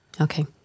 Okay